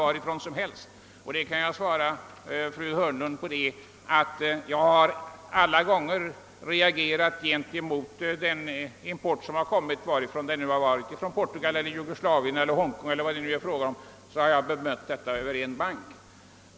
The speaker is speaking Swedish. Jag kan i det här sammanhanget svara fru Hörnlund att jag alltid har reagerat mot import av detta slag vare sig den kommit från Portugal, Jugoslavien eller Hongkong.